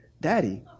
Daddy